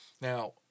Now